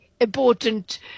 important